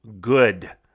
good